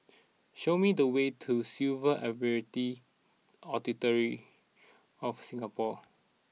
show me the way to Civil Aviation Authority of Singapore